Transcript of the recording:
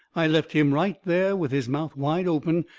i left him right there, with his mouth wide open,